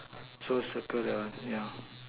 so circle that one yeah